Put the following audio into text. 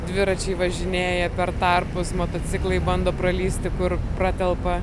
dviračiai važinėja per tarpus motociklai bando pralįsti kur pratelpa